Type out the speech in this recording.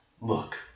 look